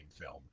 film